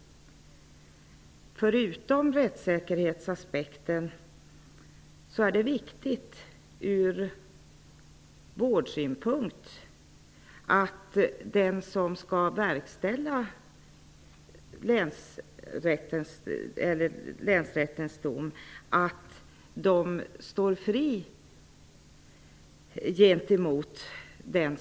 Förutom rättssäkerhetsaspekten är det viktigt från vårdsynpunkt att den som skall verkställa länsrättens dom står fri gentemot den som är i behov av vård.